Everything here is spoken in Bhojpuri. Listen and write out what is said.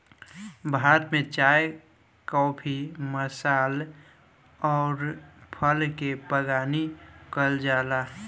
भारत में चाय काफी मसाल अउर फल के बगानी कईल जाला